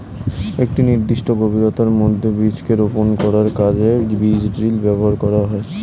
একটি নির্দিষ্ট গভীরতার মধ্যে বীজকে রোপন করার কাজে বীজ ড্রিল ব্যবহার করা হয়